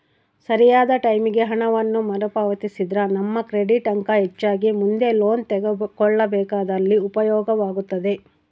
ಸರಿಯಾದ ಟೈಮಿಗೆ ಹಣವನ್ನು ಮರುಪಾವತಿಸಿದ್ರ ನಮ್ಮ ಕ್ರೆಡಿಟ್ ಅಂಕ ಹೆಚ್ಚಾಗಿ ಮುಂದೆ ಲೋನ್ ತೆಗೆದುಕೊಳ್ಳಬೇಕಾದಲ್ಲಿ ಉಪಯೋಗವಾಗುತ್ತದೆ